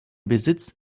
besitz